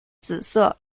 紫色